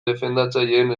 defendatzaileen